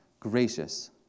gracious